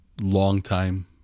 long-time